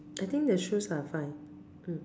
I think the shoes are fine mm